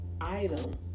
item